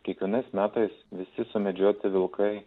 kiekvienais metais visi sumedžioti vilkai